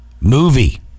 Movie